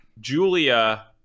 Julia